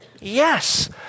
Yes